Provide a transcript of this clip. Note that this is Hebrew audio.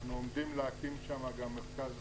אנחנו עומדים להקים שם גם מרכז עסקים.